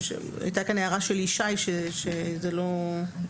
הייתה כאן הערה של ישי שאמר שמבחינה